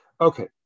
Okay